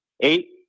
eight